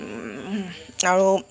আৰু